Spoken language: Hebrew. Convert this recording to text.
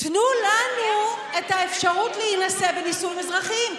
תנו לנו את האפשרות להינשא בנישואים אזרחיים.